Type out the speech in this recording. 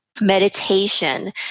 Meditation